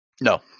No